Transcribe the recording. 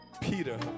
Peter